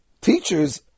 teachers